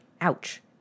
ouch